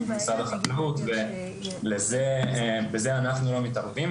במשרד החקלאות ובזה אנחנו לא מתערבים.